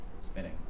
spinning